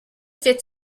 fait